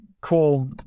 cool